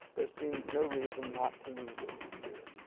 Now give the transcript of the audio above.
there seems no reason not to use it here